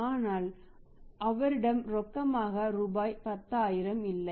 ஆனால் அவரிடம் ரொக்கமாக ரூபாய் 10000 இல்லை